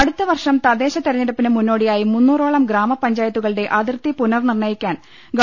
അടുത്ത വർഷം തദ്ദേശ സ്വയംഭരണ തെരഞ്ഞെടുപ്പിന് മുന്നോ ടിയായി മുന്നൂറോളം ഗ്രാമപഞ്ചായത്തുകളുടെ അതിർത്തി പുനർനിർണയിക്കാൻ ഗവ